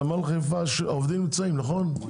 העובדים מנמל חיפה גם נמצאים, נכון?